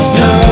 no